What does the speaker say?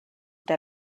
der